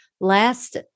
last